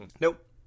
nope